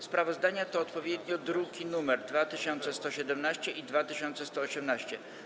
Sprawozdania to odpowiednio druki nr 2117 i 2118.